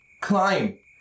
Climb